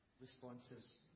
responses